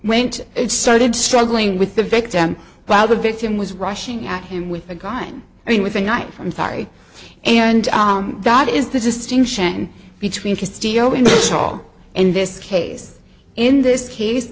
went it started struggling with the victim while the victim was rushing at him with a gun i mean with a knife from sorry and that is the distinction between his d o b and all in this case in this case